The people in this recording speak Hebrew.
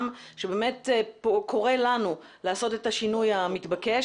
שבאמת קורא לנו לעשות את השינוי המתבקש.